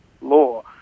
law